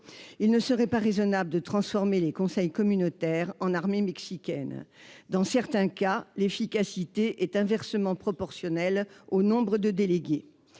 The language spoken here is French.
il ne serait pas raisonnable de transformer les conseils communautaires en armées mexicaines. Dans certains cas, l'efficacité est inversement proportionnelle au nombre de délégués.